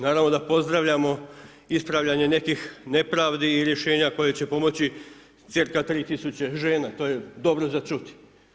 Naravno da pozdravljamo ispravljanje nekakvih nepravdi i rješenja koje će pomoći cca. 3 tisuće žena, to je dobro za čuti.